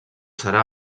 serà